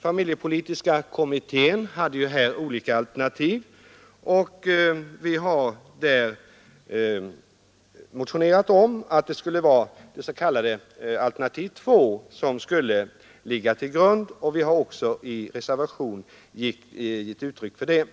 Familjepolitiska kommittén hade ju här olika alternativ, och vi har motionerat om att det s.k. alternativ 2 skulle ligga till grund för utformningen, något som vi också givit uttryck för i reservation.